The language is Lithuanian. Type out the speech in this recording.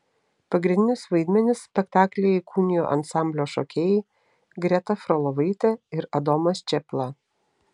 pagrindinius vaidmenis spektaklyje įkūnijo ansamblio šokėjai greta frolovaitė ir adomas čėpla